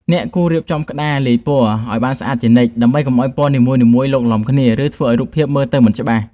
អ្នកគួររៀបចំក្តារលាយពណ៌ឱ្យបានស្អាតជានិច្ចដើម្បីកុំឱ្យពណ៌នីមួយៗឡូកឡំគ្នា ឬ ធ្វើឱ្យរូបភាពមើលទៅមិនច្បាស់។